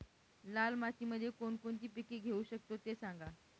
लाल मातीमध्ये कोणकोणती पिके घेऊ शकतो, ते सांगा